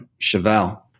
Chevelle